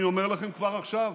אני אומר לכם כבר עכשיו,